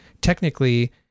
technically